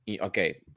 okay